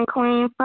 Queen